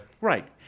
Right